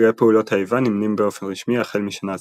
נפגעי פעולות האיבה נמנים באופן רשמי החל משנה זו.